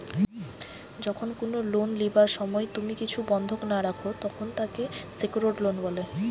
যখন কুনো লোন লিবার সময় তুমি কিছু বন্ধক না রাখো, তখন তাকে সেক্যুরড লোন বলে